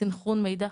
סנכרון מידע.